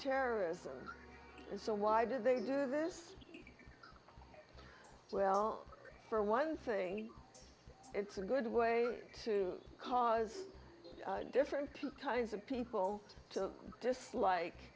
terrorism so why did they do this well for one thing it's a good way to cause different kinds of people to dislike